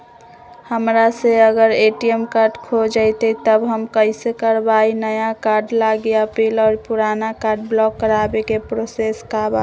हमरा से अगर ए.टी.एम कार्ड खो जतई तब हम कईसे करवाई नया कार्ड लागी अपील और पुराना कार्ड ब्लॉक करावे के प्रोसेस का बा?